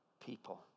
people